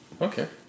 Okay